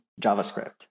JavaScript